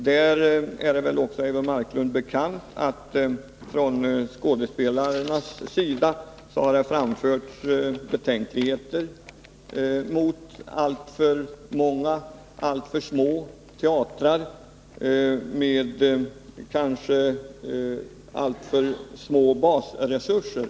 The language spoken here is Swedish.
Det är väl Eivor Marklund bekant att det från skådespelarnas sida har framförts betänkligheter mot bildandet av alltför många och alltför små teatrar med kanske alltför små basresurser.